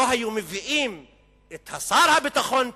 לא היו מביאים את השר לביטחון פנים,